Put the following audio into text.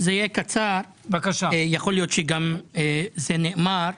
זה יהיה קצר ויכול להיות שזה נאמר,